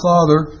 Father